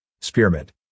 spearmint